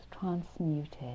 transmuted